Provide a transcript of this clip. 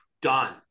Done